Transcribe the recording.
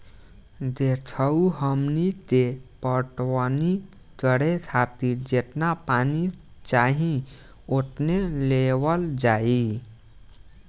देखऽ हमनी के पटवनी करे खातिर जेतना पानी चाही ओतने लेवल जाई